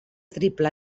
triple